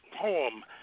poem